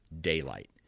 daylight